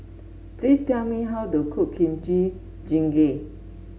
please tell me how to cook Kimchi Jjigae